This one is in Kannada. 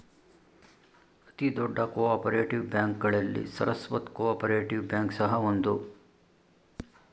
ಅತಿ ದೊಡ್ಡ ಕೋ ಆಪರೇಟಿವ್ ಬ್ಯಾಂಕ್ಗಳಲ್ಲಿ ಸರಸ್ವತ್ ಕೋಪರೇಟಿವ್ ಬ್ಯಾಂಕ್ ಸಹ ಒಂದು